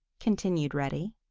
continued reddy,